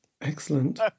Excellent